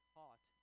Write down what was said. taught